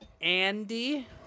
Andy